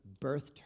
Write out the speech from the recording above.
birthed